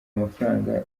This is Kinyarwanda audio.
amafaranga